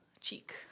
cheek